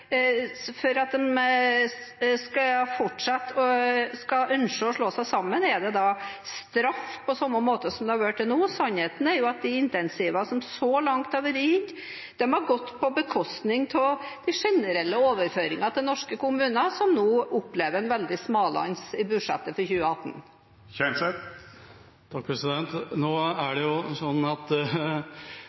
fortsatt skal ønske å slå seg sammen? Er det straff, på samme måte som det har vært fram til nå? Sannheten er jo at de incentivene som så langt har blitt gitt, har gått på bekostning av de generelle overføringene til norske kommuner, som nå opplever en veldig smalhans i budsjettet for 2018. Norske lokalpolitikere gjør en veldig god jobb, men de gjør det